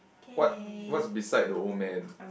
what what's beside the old man